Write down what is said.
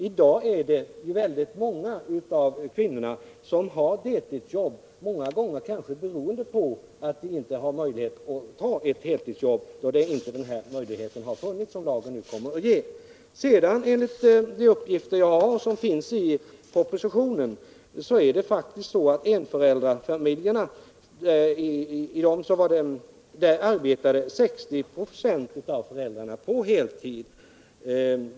I dag har många kvinnor deludsjobb kanske beroende på att de inte har möjlighet att ta ett heltidsjobb, i avsaknad av de möjligheter som den nu föreslagna lagen kommer att ge. Enligt de uppgifter jag har lämnat i propositionen arbetar vidare faktiskt 60 ö av föräldrarna i enförälderfamiljerna på heltid.